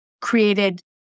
created